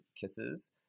kisses